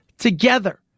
together